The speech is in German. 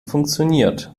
funktioniert